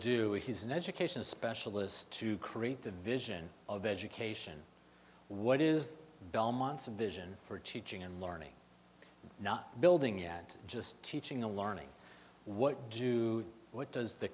is he's an education specialist to create the vision of education what is belmont's a vision for teaching and learning not building and just teaching the learning what do what does the